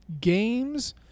games